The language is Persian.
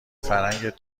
فرهنگت